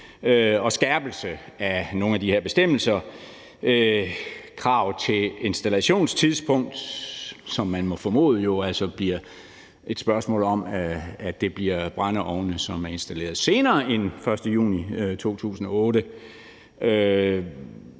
og skærpelse af nogle af de her bestemmelser og krav til installationstidspunkt. Og man må formode, at det jo altså bliver brændeovne, som er installeret senere end den 1. juni 2008,